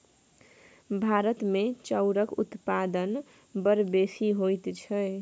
भारतमे चाउरक उत्पादन बड़ बेसी होइत छै